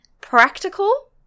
practical